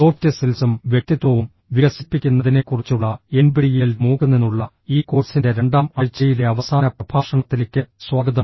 soft സ്കിൽസും വ്യക്തിത്വവും വികസിപ്പിക്കുന്നതിനെക്കുറിച്ചുള്ള എൻപിടിഇഎൽ മൂക്ക് നിന്നുള്ള ഈ കോഴ്സിന്റെ രണ്ടാം ആഴ്ചയിലെ അവസാന പ്രഭാഷണത്തിലേക്ക് സ്വാഗതം